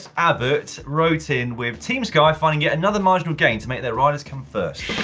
abbott wrote in with team sky finding yet another marginal gain to make their riders come first.